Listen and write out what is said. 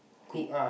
eat